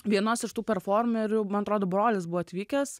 vienos iš tų performerių man atrodo brolis buvo atvykęs